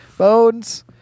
Bones